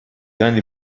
grande